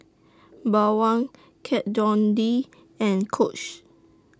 Bawang Kat Von D and Coach